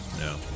No